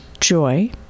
joy